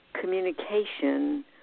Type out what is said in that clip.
communication